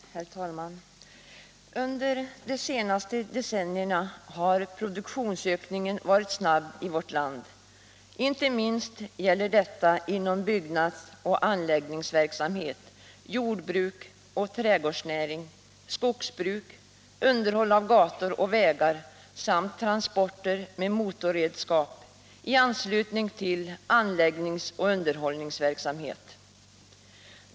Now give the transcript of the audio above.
Herr talman! Under de senaste decennierna har produktionsökningen varit snabb i vårt land. Inte minst gäller detta inom byggnads och anläggningsverksamhet, jordbruk och trädgårdsnäring, skogsbruk, underhåll av gator och vägar samt transporter med motorredskap i anslutning till anläggnings och underhållsverksamhet.